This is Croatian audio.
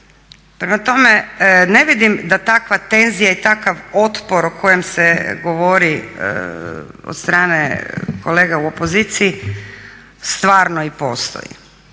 Prema tome, ne vidim da takva tenzija i takav otpor o kojem se govori od strane kolega u opoziciji stvarno i postoji.